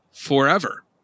forever